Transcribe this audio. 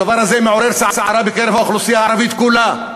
הדבר הזה מעורר סערה בקרב האוכלוסייה הערבית כולה,